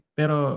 pero